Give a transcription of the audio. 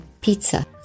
pizza